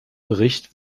bericht